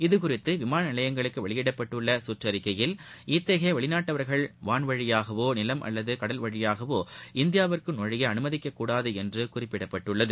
இதுகுறித்து விமான நிலையங்களுக்கு வெளியிடப்பட்டுள்ள கற்றறிக்கையில் இத்தகைய வெளிநாட்டவர்கள் வான்வழியாகவோ நிலம் அல்லது கடல் வழியாகவோ இந்தியாவிற்குள் நுழைய அனுமதிக்கக்கூடாது என்று குறிப்பிடப்பட்டுள்ளது